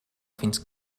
fins